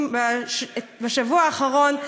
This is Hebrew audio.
מהשבוע האחרון,